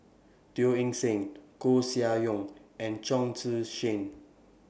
Teo Eng Seng Koeh Sia Yong and Chong Tze Chien